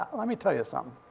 let me tell you somethin',